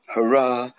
Hurrah